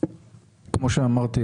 כמו שאמרתי,